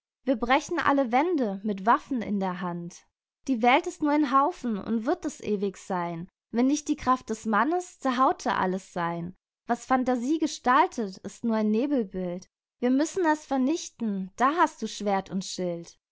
wir brechen alle wände mit waffen in der hand die welt ist nur ein haufen und würd es ewig seyn wenn nicht die kraft des mannes zerhaute alles sein was phantasie gestaltet ist nur ein nebelbild wir müssen es vernichten da hast du schwert und schild